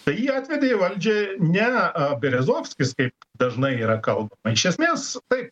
tai jį atvedė į valdžią nea berezovskis kaip dažnai yra kalbama iš esmės taip